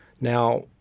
Now